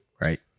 right